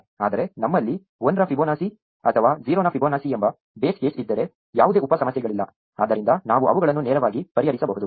ಆದರೆ ನಮ್ಮಲ್ಲಿ 1 ರ ಫಿಬೊನಾಕಿ ಅಥವಾ 0 ನ ಫಿಬೊನಾಸಿ ಎಂಬ ಬೇಸ್ ಕೇಸ್ ಇದ್ದರೆ ಯಾವುದೇ ಉಪ ಸಮಸ್ಯೆಗಳಿಲ್ಲ ಆದ್ದರಿಂದ ನಾವು ಅವುಗಳನ್ನು ನೇರವಾಗಿ ಪರಿಹರಿಸಬಹುದು